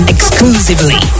Exclusively